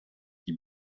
die